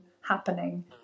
happening